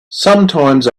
sometimes